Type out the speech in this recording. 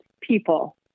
people